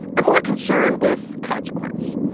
i'm more concerned with consequence.